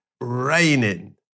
raining